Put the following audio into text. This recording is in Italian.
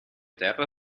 terra